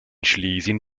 schlesien